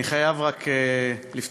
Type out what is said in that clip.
אני חייב רק לפתוח,